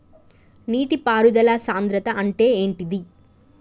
నీటి పారుదల సంద్రతా అంటే ఏంటిది?